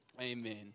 amen